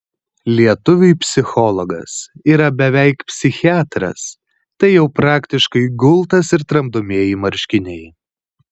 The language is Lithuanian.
lietuviui psichologas yra beveik psichiatras tai jau praktiškai gultas ir tramdomieji marškiniai